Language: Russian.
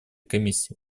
комиссии